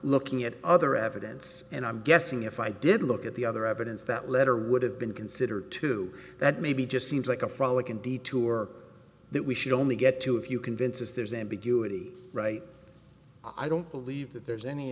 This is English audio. looking at other evidence and i'm guessing if i did look at the other evidence that letter would have been considered to that maybe just seems like a frolic and detour that we should only get to if you convince us there's ambiguity right i don't believe that there's any